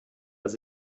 das